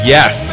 Yes